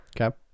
Okay